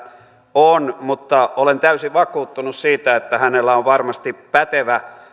on mutta olen täysin vakuuttunut siitä että hänellä on varmasti pätevä